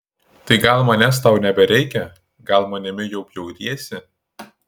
tai gal manęs tau nebereikia gal manimi jau bjauriesi